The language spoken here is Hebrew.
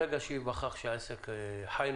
ברגע שניווכח שהעסק חי,